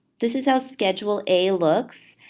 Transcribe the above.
this is how schedule a looks.